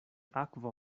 akvo